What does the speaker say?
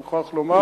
אני מוכרח לומר,